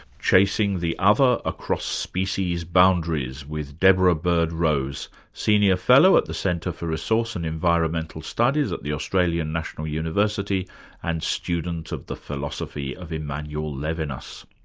chasing the other across species boundaries with deborah bird rose, senior fellow at the centre for resource and environmental studies at the australian national university and student of the philosophy of emmanuel levinas.